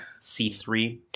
c3